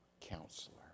counselor